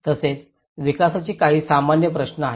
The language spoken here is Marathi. तसेच विकासाचे काही सामान्य प्रश्न आहेत